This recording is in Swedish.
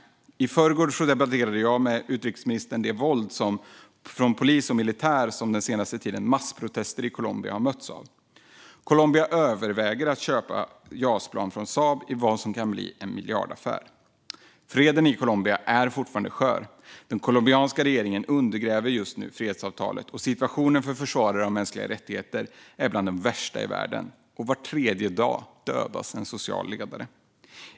I förrgår debatterade jag med utrikesministern det våld från polis och militär som den senaste tidens massprotester i Colombia har mötts av. Colombia överväger att köpa Jasplan från Saab i vad som kan bli en miljardaffär. Freden i Colombia är fortfarande skör. Den colombianska regeringen undergräver just nu fredsavtalet. Situationen för försvarare av mänskliga rättigheter är bland de värsta i världen, och var tredje dag dödas en social ledare.